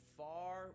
far